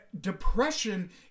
depression